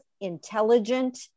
intelligent